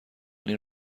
این